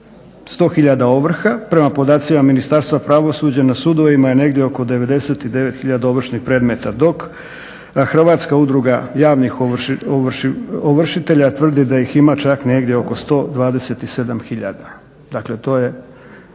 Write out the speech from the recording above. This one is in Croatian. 100 tisuća ovrha, prema podacima Ministarstva pravosuđa na sudovima je negdje oko 99 tisuća ovršnih predmeta, dok Hrvatska udruga javnih ovršitelja tvrdi da ih ima čak negdje oko 127 tisuća. Dakle to je